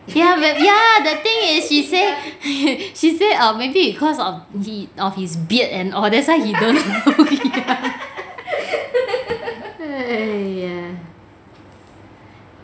ya but ya the thing is she say she say um maybe because of he of his beard and all that's why he don't look young